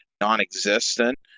non-existent